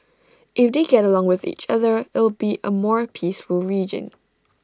if they get along with each other it'll be A more peaceful region